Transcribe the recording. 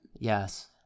Yes